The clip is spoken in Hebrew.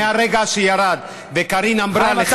ברגע שירד וקארין אמרה לך: